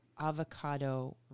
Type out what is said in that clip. avocado